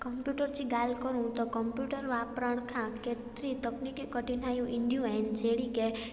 computer जी ॻाल्हि करू त कम्पयूटर वापरण खां केतिरी तकनीकी कठिनाइयूं ईंदियूं आहिनि जहिड़ी की